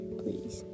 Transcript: please